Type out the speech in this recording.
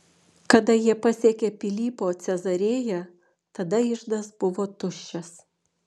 kada jie pasiekė pilypo cezarėją tada iždas buvo tuščias